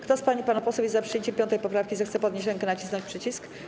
Kto z pań i panów posłów jest za przyjęciem 5. poprawki, zechce podnieść rękę i nacisnąć przycisk.